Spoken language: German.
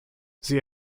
sie